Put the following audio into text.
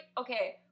okay